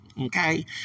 Okay